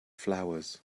flowers